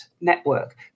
network